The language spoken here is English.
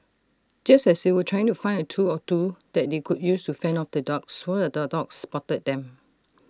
just as they were trying to find A tool or two that they could use to fend off the dogs one of the dogs spotted them